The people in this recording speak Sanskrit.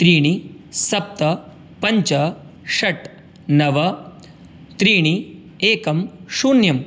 त्रीणि सप्त पञ्च षट् नव त्रीणि एकं शून्यं